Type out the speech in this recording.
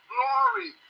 Glory